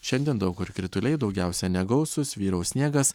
šiandien daug kur krituliai daugiausia negausūs vyraus sniegas